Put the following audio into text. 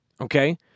Okay